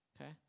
okay